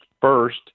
first